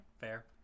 fair